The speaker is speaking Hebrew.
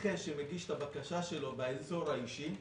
נכה שמגיש את הבקשה שלו באזור האישי,